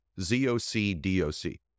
Z-O-C-D-O-C